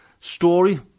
story